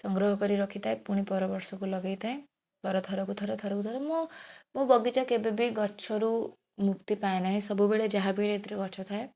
ସଂଗ୍ରହ କରି ରଖିଥାଏ ପୁଣି ପର ବର୍ଷକୁ ଲଗେଇଥାଏ ପର ଥରକୁ ଥର ଥରୁକୁ ଥର ମୁଁ ମୋ ବଗିଚା କେବେବି ଗଛରୁ ମୁକ୍ତି ପାଏ ନାହିଁ ସବୁବେଳେ ଯାହାବି ସେଥିରେ ଗଛଥାଏ